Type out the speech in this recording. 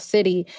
City